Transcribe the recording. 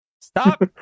Stop